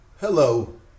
Hello